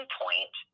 point